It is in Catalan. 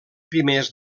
primers